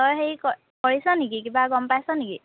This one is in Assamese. তই হেৰি কৰিছ নেকি কিবা গ'ম পাইছ নেকি